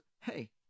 hey